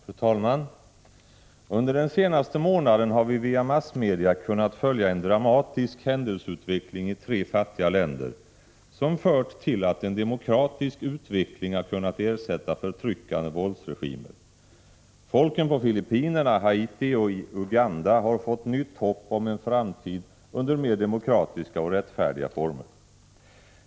Fru talman! Under den senaste månaden har vi via massmedia kunnat följa en dramatisk händelseutveckling i tre fattiga länder, som fört till att en demokratisk utveckling har kunnat ersätta förtryckande våldsregimer. Folken på Filippinerna, på Haiti och i Uganda har fått nytt hopp om en framtid under mer demokratiska och rättfärdiga former.